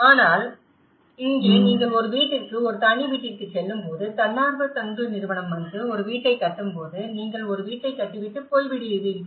ஆனால் இங்கே நீங்கள் ஒரு வீட்டிற்கு ஒரு தனி வீட்டிற்குச் செல்லும்போது தன்னார்வ தொண்டு நிறுவனம் வந்து ஒரு வீட்டைக் கட்டும்போது நீங்கள் ஒரு வீட்டைக் கட்டிவிட்டு போய்விடுவீர்கள்